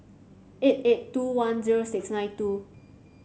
eight eight two one zero six nine two